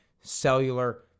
cellular